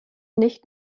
nicht